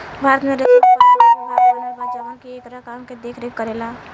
भारत में रेशम उत्पादन के विभाग बनल बा जवन की एकरा काम के देख रेख करेला